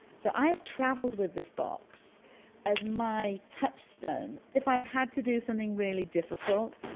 so i have travelled with this box as my touchstone. if i had to do something really difficult,